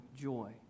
joy